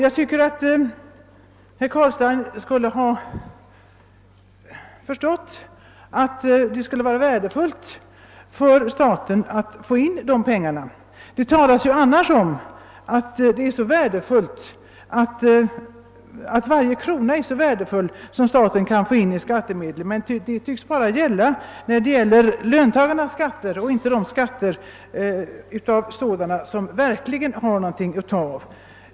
Herr Carlstein borde ha förstått att det skulle vara till nytta för staten att få in de pengarna. Det talas ju annars om att varje krona är så värdefull som staten kan få in i skattemedel, men det tycks bara gälla löntagarnas kronor och inte sådana skatteskolkare som verkligen har någonting att ta av.